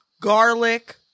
garlic